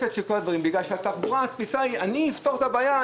בגלל שהתפיסה בתחבורה היא: אני אפתור את הבעיה,